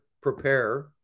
prepare